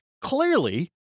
clearly